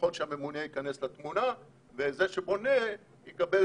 נכון שהממונה ייכנס לתמונה וזה שקונה יקבל